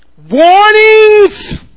Warnings